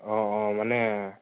অঁ অঁ মানে